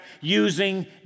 using